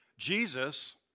Jesus